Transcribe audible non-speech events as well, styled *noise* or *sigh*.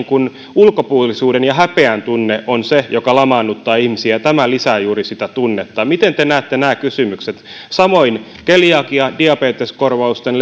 ulkopuolisuuden ja häpeän tunne on se joka lamaannuttaa ihmisiä ja tämä lisää juuri sitä tunnetta miten te näette nämä kysymykset samoin keliakia diabeteskorvausten *unintelligible*